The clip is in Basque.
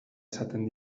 esaten